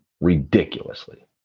ridiculously